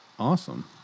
Awesome